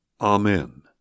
Amen